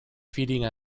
feeding